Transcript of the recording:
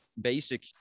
basic